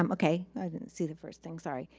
um okay. i didn't see the first thing, sorry.